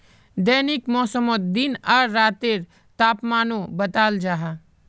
दैनिक मौसमोत दिन आर रातेर तापमानो बताल जाहा